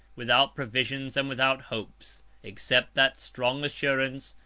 without provisions, and without hopes except that strong assurance,